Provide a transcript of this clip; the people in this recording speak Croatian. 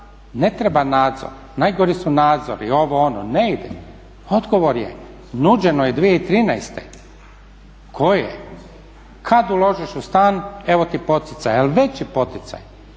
ne treba nadzor, najgori su nadzori ovo, ono, ne ide. Odgovor je nuđeno je 2013. kad uložiš u stan evo ti poticaj, ali veći poticaj.